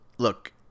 look